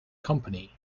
company